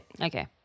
Okay